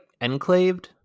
enclaved